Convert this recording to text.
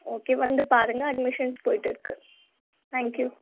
okay வந்து பாருங்க admission போய்ட்டு இருக்குது தேங்க் யூ